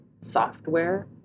software